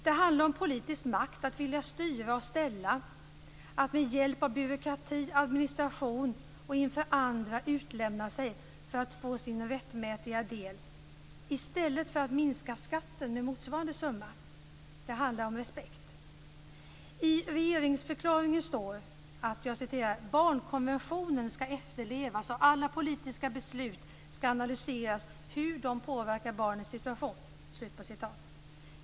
Det handlar om politisk makt att styra och ställa. Med hjälp av byråkrati och administration låter man människor bli utlämnade inför andra för att de skall få sin rättmätiga del i stället för att skatten minskas med motsvarande summa. Det handlar om respekt. I regeringsförklaringen står att barnkonventionen skall efterlevas och att man skall analysera hur alla politiska beslut påverkar barnens situation.